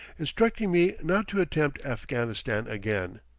instructing me not to attempt afghanistan again.